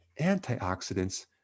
antioxidants